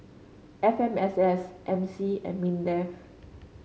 F M S S M C and Mindef